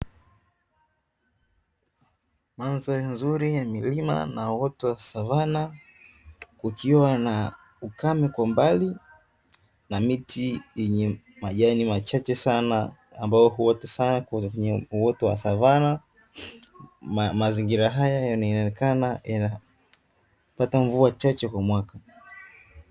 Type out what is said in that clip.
Mandhari nzuri ya milima na uoto wa savana ukiwa na ukame kwa mbali na miti yenye majani machache sana ambayo huota sana kwenye uoto wa savana, mazingira haya yanaonekana yanapata mvua chache kwa mwaka.